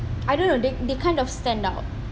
I don't know they they kind of stand out